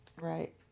Right